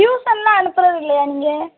ட்யூஷனெலாம் அனுப்புகிறது இல்லையா நீங்கள்